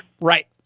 Right